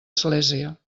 església